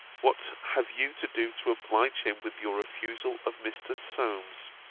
what have you to do to oblige him with your refusal of mr. solmes